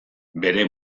bere